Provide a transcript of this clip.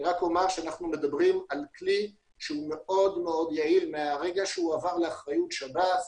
אני אומר שאנחנו מדברים על כלי שהוא מאוד יעיל מהרגע שעבר לאחריות שב"ס,